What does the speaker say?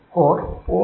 core 0